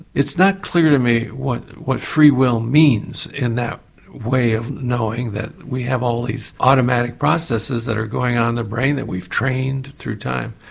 it's not clear to me what what free will means in that way of knowing that we have all these automatic processes that are going on in the brain that we've trained through time.